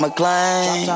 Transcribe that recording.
McLean